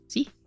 See